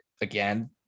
again